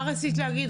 מה רצית להגיד?